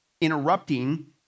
interrupting